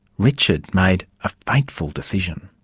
richard made a fateful decision.